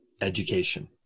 education